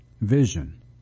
vision